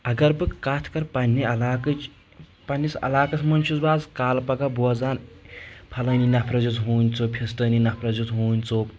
اگر بہٕ کتھ کرٕ پننہِ علاقٕچ پننس علاقس منٛز چھُس بہٕ آز کالہٕ پگہہ بوزان فلحٲنی نفرس ہیوٚت ہوٗنۍ ژوٚپ فستٲنی نفرس ہیوٚت ہوٗنۍ ژوٚپ